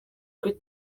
kuri